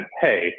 Hey